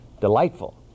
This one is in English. delightful